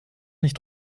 nicht